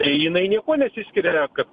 jinai niekuo nesiskiria kad